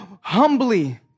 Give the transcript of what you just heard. humbly